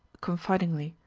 confidingly,